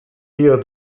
hier